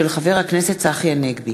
של חבר הכנסת צחי הנגבי.